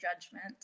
judgment